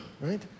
Right